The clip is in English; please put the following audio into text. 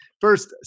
First